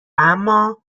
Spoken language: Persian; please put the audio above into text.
اما